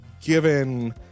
given